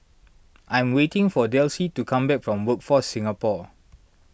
I'm waiting for Delcie to come back from Workforce Singapore